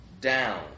down